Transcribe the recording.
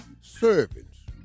servants